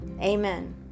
Amen